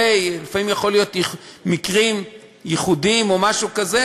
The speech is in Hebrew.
לפעמים יכולים להיות מקרים ייחודיים או משהו כזה,